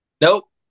Nope